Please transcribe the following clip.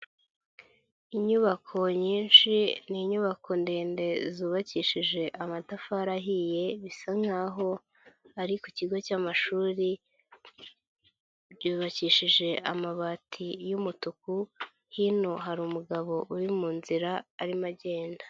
Inyubako nyinshi ni inyubako ndende zubakishije amatafari ahiye, bisa nkaho ari ku kigo cy'amashuri, byubakishije amabati y'umutuku, hino hari umugabo uri mu nzira arimo agenda.